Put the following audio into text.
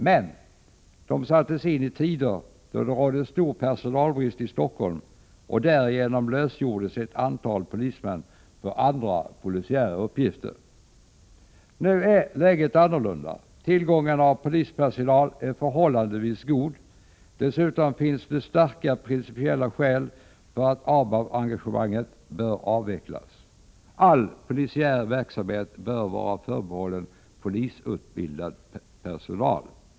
Men de sattes in i tider då det rådde stor personalbrist i Stockholm. Därigenom lösgjordes ett antal polismän för andra polisiära uppgifter. Nu är läget annorlunda. Tillgången på polispersonal är förhållandevis god. Dessutom finns det starka principiella skäl för att ABAB-engagemanget bör avvecklas. All polisiär verksamhet bör vara förbehållen polisutbildad personal.